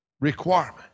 requirement